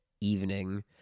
evening